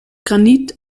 granit